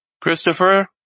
Christopher